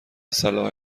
صلاح